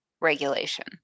regulation